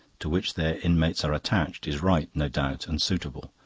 to which their inmates are attached, is right, no doubt, and suitable.